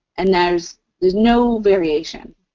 and there's there's no variation.